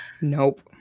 Nope